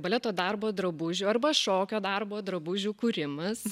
baleto darbo drabužių arba šokio darbo drabužių kūrimas